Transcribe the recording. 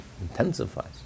intensifies